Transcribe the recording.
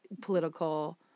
political